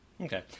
Okay